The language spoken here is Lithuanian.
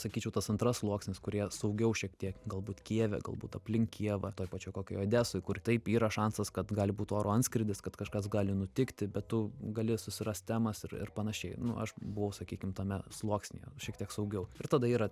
sakyčiau tas antras sluoksnis kurie saugiau šiek tiek galbūt kijeve galbūt aplink kijevą toj pačioj kokioj odesoj kur taip yra šansas kad gali būt oro atskrydis kad kažkas gali nutikti bet tu gali susirast temas ir ir panašiai nu aš buvau sakykim tame sluoksnyje šiek tiek saugiau ir tada yra